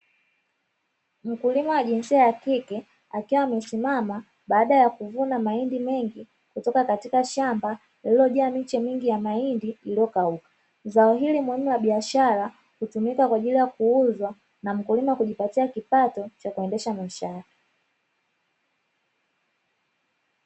Mkulima wa jinsia ya kike akiwa amesimama baada ya kuvuna mahindi mengi kutoka katika shamba lililojaa miche mingi ya mahindi iliyokauka, zao hili muhimu la biashara hutumika kwa ajili ya kuuzwa na mkulima kujipatia kipato cha kuendesha maisha yake.